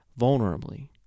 vulnerably